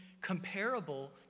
comparable